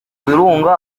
birunga